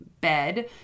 bed